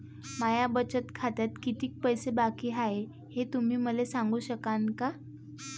माया बचत खात्यात कितीक पैसे बाकी हाय, हे तुम्ही मले सांगू सकानं का?